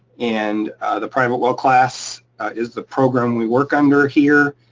and the private well class is the program we work under here,